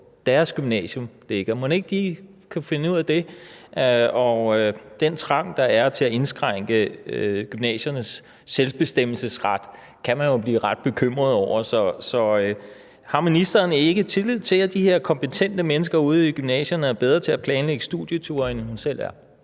deres gymnasium ligger. Og mon ikke de kan finde ud af det? Den trang, der er til at indskrænke gymnasiernes selvbestemmelsesret, kan man jo blive ret bekymret over, så har ministeren ikke tillid til, at de her kompetente mennesker ude i gymnasierne er bedre til at planlægge studieture, end hun selv er?